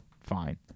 fine